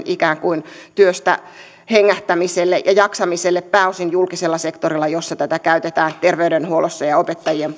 ikään kuin työstä hengähtämiselle ja jaksamiselle pääosin julkisella sektorilla missä tätä käytetään ter veydenhuollossa ja opettajien